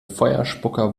feuerspucker